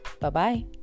Bye-bye